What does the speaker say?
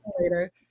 later